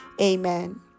Amen